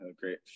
great